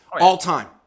all-time